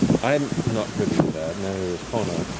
i'm not privy to that, neither is pono,